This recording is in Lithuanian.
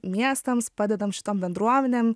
miestams padedame šitom bendruomenėm